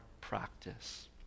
practice